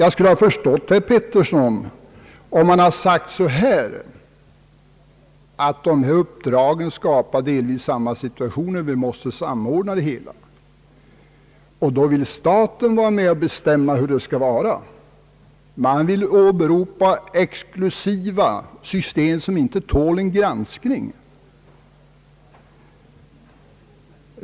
Jag skulle ha förstått herr Pettersson, om han sagt att dessa uppdrag skapar delvis samma situation och att det måste ske en samordning på detta område, varvid staten bör vara med och bestämma hur det hela skall vara. Men man vill här åberopa ett exklusivt system som inte tål någon granskning.